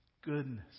goodness